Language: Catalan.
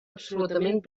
absolutament